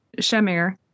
Shemir